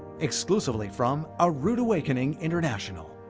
exclusively from a rood awakening international.